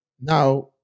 Now